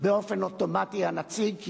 באופן אוטומטי הנציג,